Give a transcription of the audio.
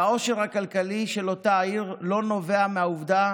והעושר הכלכלי של אותה עיר לא נובע מהעובדה